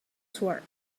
sword